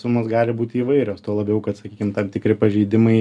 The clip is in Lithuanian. sumos gali būti įvairios tuo labiau kad sakykim tam tikri pažeidimai